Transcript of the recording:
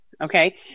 Okay